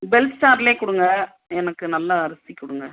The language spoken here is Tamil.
பெல் ஸ்டாரிலே கொடுங்க எனக்கு நல்ல அரிசி கொடுங்க